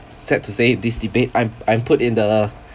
sad to say this debate I'm I'm put in the